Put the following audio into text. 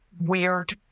weird